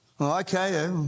Okay